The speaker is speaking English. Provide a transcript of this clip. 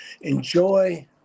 enjoy